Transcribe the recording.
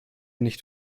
nicht